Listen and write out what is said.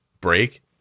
break